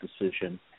decision